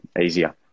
easier